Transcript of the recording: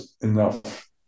enough